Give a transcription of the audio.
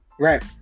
Right